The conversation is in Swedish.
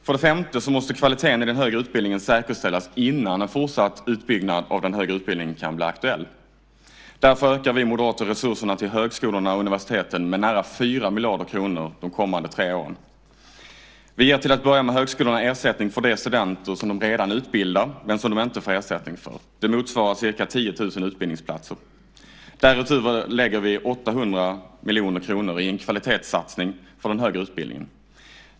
För det femte måste kvaliteten i den högre utbildningen säkerställas innan en fortsatt utbyggnad av den högre utbildningen kan bli aktuell. Därför ökar vi moderater resurserna till högskolorna och universiteten med nära 4 miljarder kronor under de kommande tre åren. Vi ger till att börja med högskolorna ersättning för de studenter som de redan utbildar men som de inte får ersättning för. Det motsvarar ca 10 000 utbildningsplatser. Därutöver lägger vi 800 miljoner kronor på en kvalitetssatsning för den högre utbildningen.